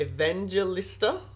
Evangelista